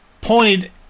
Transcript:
pointed